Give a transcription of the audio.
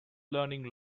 learning